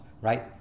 right